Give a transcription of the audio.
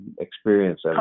experience